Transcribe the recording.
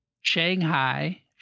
Shanghai